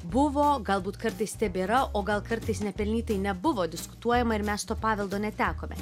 buvo galbūt kartais tebėra o gal kartais nepelnytai nebuvo diskutuojama ir mes to paveldo netekome